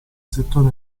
settore